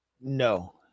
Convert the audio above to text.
No